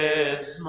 is